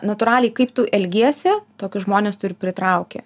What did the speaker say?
natūraliai kaip tu elgiesi tokius žmones tu ir pritrauki